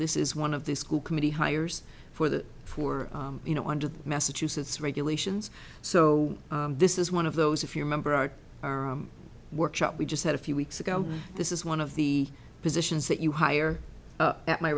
this is one of the school committee hires for the for you know under the massachusetts regulations so this is one of those if you remember our workshop we just had a few weeks ago this is one of the positions that you hire at my